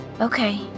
Okay